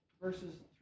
verses